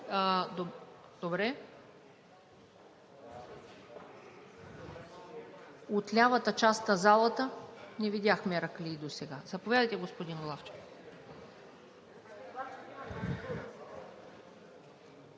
От лявата част на залата не видях мераклии досега. Заповядайте, господин Главчев.